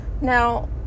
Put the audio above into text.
Now